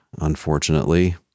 unfortunately